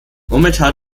momentan